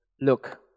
look